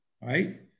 right